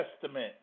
Testament